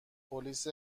پلیس